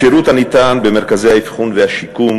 השירות הניתן במרכזי האבחון והשיקום